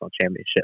championship